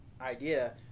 idea